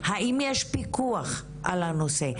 האם יש פיקוח על הנושא?